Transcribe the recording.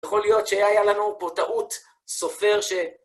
יכול להיות שהיה לנו פה טעות סופר ש...